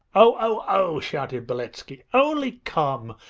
oh, oh, oh shouted beletski. only come,